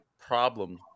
problem